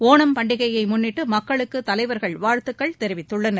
ஒணம் பண்டிகையை முன்னிட்டு மக்களுக்கு தலைவர்கள் வாழ்த்துக்கள் தெரிவித்துள்ளனர்